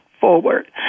forward